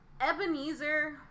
Ebenezer